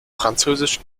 französisch